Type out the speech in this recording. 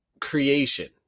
creation